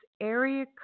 Area